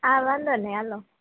હા વાંધો નહીં હલો